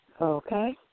Okay